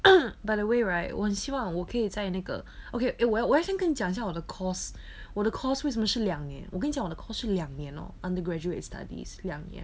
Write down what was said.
by the way right 我希望我可以在那个 okay eh 我要我要想跟你讲一下我的 course 我的 course 为什么是两年我跟你讲我的 course 是两年 hor undergraduate studies 两年